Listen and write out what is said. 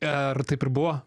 ar taip ir buvo